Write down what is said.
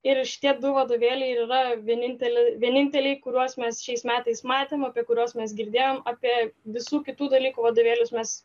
ir šitie du vadovėliai ir yra vieninteliai vieninteliai kuriuos mes šiais metais matėme apie kuriuos mes girdėjom apie visų kitų dalykų vadovėlius mes